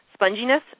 sponginess